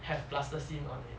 have plasticine on it